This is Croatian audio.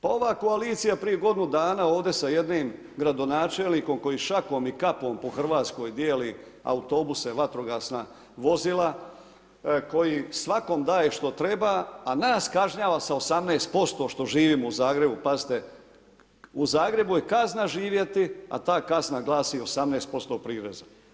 Pa ova koalicija prije godinu dana ovdje sa jednim gradonačelnikom koji šakom i kapom po Hrvatskoj dijeli autobuse, vatrogasna vozila, koji svakom daje što treba a nas kažnjava sa 18% što živimo u Zagrebu, pazite, u Zagrebu je kazna živjeti a ta kazna glasi 18% prireza.